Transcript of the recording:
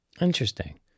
Interesting